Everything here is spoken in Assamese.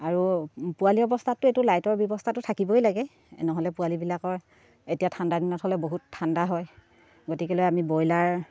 আৰু পোৱালি অৱস্থাতটো এইটো লাইটৰ ব্যৱস্থাটো থাকিবই লাগে নহ'লে পোৱালিবিলাকৰ এতিয়া ঠাণ্ডা দিনত হ'লে বহুত ঠাণ্ডা হয় গতিকেলৈ আমি ব্ৰইলাৰ